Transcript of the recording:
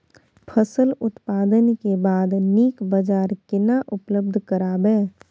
फसल उत्पादन के बाद नीक बाजार केना उपलब्ध कराबै?